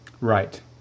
Right